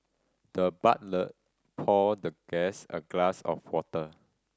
the butler poured the guest a glass of water